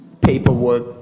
paperwork